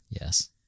Yes